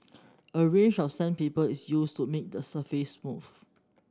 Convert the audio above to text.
a range of sandpaper is used to make the surface smooth